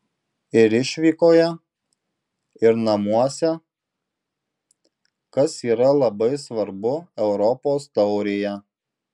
ir išvykoje ir namuose kas yra labai svarbu europos taurėje